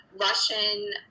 Russian